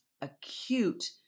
acute